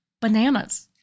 bananas